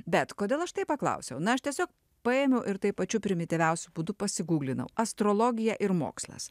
bet kodėl aš taip paklausiau na aš tiesiog paėmiau ir taip pačiu primityviausiu būdu pasiguglinau astrologija ir mokslas